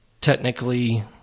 technically